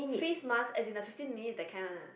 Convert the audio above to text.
face mask as in the fifteen minutes that kind one lah